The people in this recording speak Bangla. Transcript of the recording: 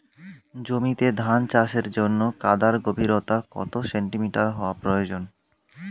জমিতে ধান চাষের জন্য কাদার গভীরতা কত সেন্টিমিটার হওয়া প্রয়োজন?